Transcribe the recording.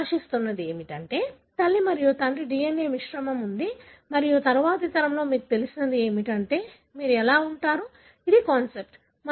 మీరు ఆశిస్తున్నది ఏమిటంటే తల్లి మరియు తండ్రి DNA మిశ్రమం ఉంది మరియు తరువాతి తరంలో మీకు తెలిసినది అదే మీరు ఎలా ఉంటారు ఇది కాన్సెప్ట్